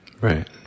Right